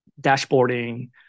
dashboarding